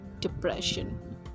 depression